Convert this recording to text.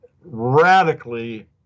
radically